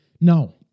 No